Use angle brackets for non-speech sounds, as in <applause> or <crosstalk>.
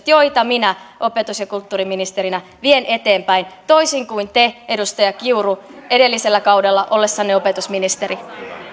<unintelligible> joita minä opetus ja kulttuuriministerinä vien eteenpäin toisin kuin te edustaja kiuru edellisellä kaudella ollessanne opetusministeri